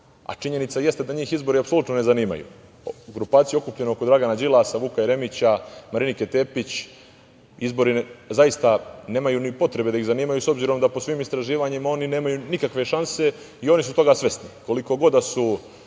Činjenica jeste da njih izbori uopšte ne zanimaju. Grupaciju okupljenu oko Dragana Đilasa, Vuka Jeremića, Marinike Tepić izbori zaista ne zanimaju, jer po svim istraživanjima oni nemaju nikakve šanse i oni su toga svesni.